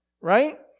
right